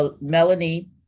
Melanie